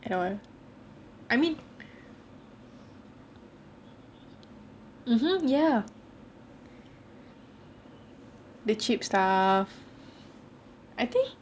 at all I mean mm mm ya the cheap stuffs I think